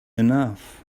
enough